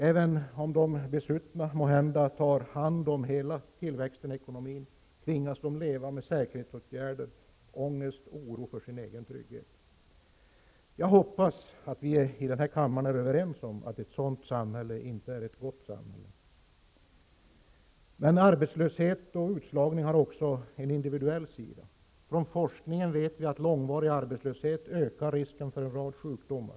Även om de besuttna måhända tar hand om hela tillväxten i ekonomin tvingas de leva med säkerhetsåtgärde, ångest och oro för sin egen trygghet. Jag hoppas att vi i denna kammare är överens om att ett sådant samhälle inte är ett gott samhälle. Men arbetslöshet och utslagning har också en individuell sida. Från forskningen vet vi att långvarig arbetslöshet ökar risken för en rad sjukdomar.